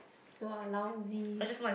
[wah] lousy